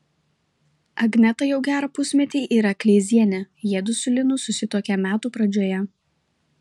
agneta jau gerą pusmetį yra kleizienė jiedu su linu susituokė metų pradžioje